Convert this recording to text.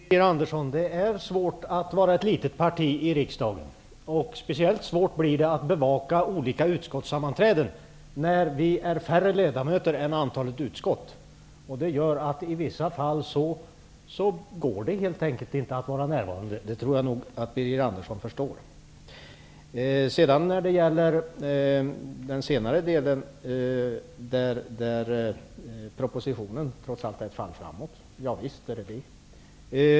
Herr talman! Det är, Birger Andersson, svårt att vara ett litet parti i riksdagen. Speciellt svårt blir det att bevaka olika utskottssammanträden när vi i Vänsterpartiet är färre ledamöter än antalet utskott. Därför är det i vissa fall inte möjligt att vara närvarande. Det tror jag att Birger Andersson förstår. När det gäller den senare delen av Birger Anderssons anförande, där han läste ur vår motion, vill jag säga att propositionen trots allt är ett fall framåt. Det är riktigt.